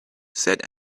said